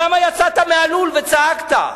למה יצאת מהלול וצעקת?